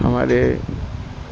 ہمارے